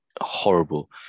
horrible